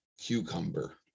cucumber